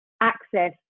access